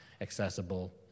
accessible